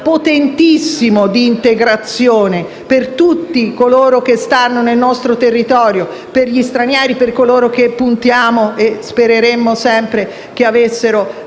potentissimo di integrazione per tutti coloro che si trovano nel nostro territorio, per gli stranieri e per coloro che puntiamo ad inserire e che speriamo